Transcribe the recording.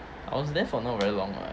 I was there for not very long lah